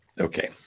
Okay